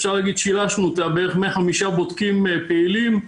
אפשר להגיד ששילשנו אותה בערך מחמישה בודקים פעילים,